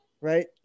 right